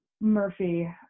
Murphy